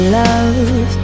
love